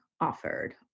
offered